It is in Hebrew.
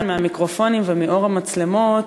מהמיקרופונים ומאור המצלמות,